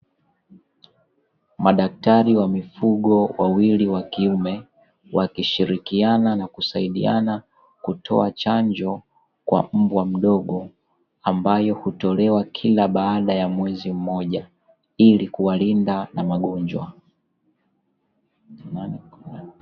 Madaktari wa mifugo wawili wa kiume wakishirikiana na kusaidiana kutoa chanjo kwa mbwa mdogo, ambayo hutolewa kila baada ya mwezi mmoja ili kuwalinda na magonjwa.